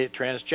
transgender